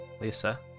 Lisa